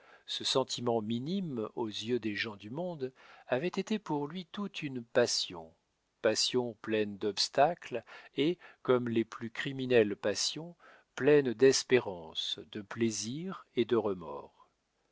ce sentiment minime aux yeux des gens du monde avait été pour lui toute une passion passion pleine d'obstacles et comme les plus criminelles passions pleines d'espérances de plaisirs et de remords